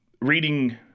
reading –